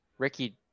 Ricky